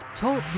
Talk